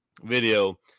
video